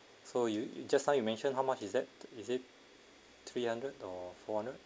so you you just now you mention how much is that is it three hundred or four hundred